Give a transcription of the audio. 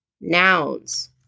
nouns